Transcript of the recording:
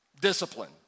Discipline